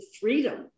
freedom